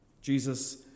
Jesus